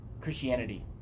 christianity